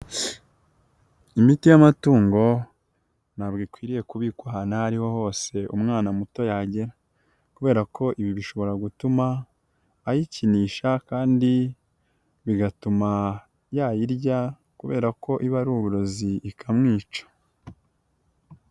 Imiti y'amatungo ntabwo ikwiriye kubikwa ahantu aho ari ho hose umwana muto yagera, kubera ko ibi bishobora gutuma ayikinisha kandi bigatuma yayirya kubera ko iba ari uburozi ikamwica.